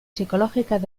psicológicas